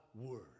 word